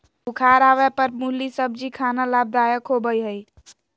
बुखार आवय पर मुली सब्जी खाना लाभदायक होबय हइ